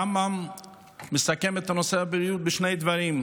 הרמב"ם מסכם את נושא הבריאות בשני דברים,